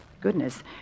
Goodness